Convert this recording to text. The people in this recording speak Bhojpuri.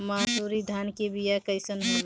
मनसुरी धान के बिया कईसन होला?